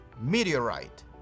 Meteorite